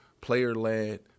player-led